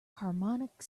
harmonic